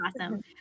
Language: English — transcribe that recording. Awesome